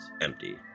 empty